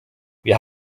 wir